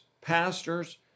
pastors